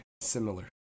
similar